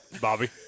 Bobby